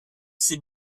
ses